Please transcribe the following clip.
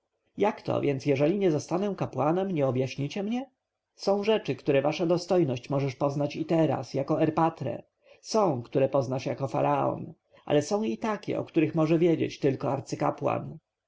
jakto więc jeżeli nie zostanę kapłanem nie objaśnicie mnie są rzeczy które wasza dostojność możesz poznać i teraz jako erpatre są inne które poznasz jako faraon ale są i takie o których może wiedzieć tylko arcykapłan